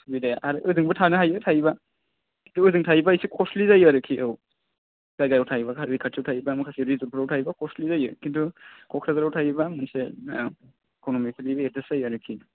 सुबिदाया आरो ओजोंबो थानो हायो थायोबा किन्तु ओजों थायोबा एसे कस्टलि जायो आरो कि औ जायगायाव थायोबा पार्कनि खाथिआव थायोबा बा माखासे रिजर्टफोराव थायोबा कस्टलि जायो किन्तु क'क्राझाराव थायोबा एसे खमआवनो एडजास्ट जायो आरो कि